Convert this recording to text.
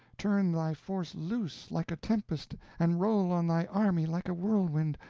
turn thy force loose like a tempest, and roll on thy army like a whirlwind,